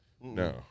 No